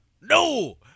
No